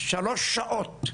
שלוש שעות,